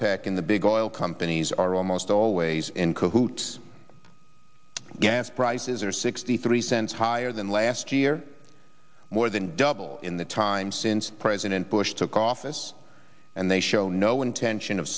c in the big oil companies are almost always include gas prices are sixty three cents higher than last year more than double in the time since president bush took office and they show no intention of